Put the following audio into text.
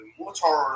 motor